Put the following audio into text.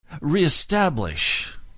reestablish